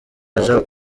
aja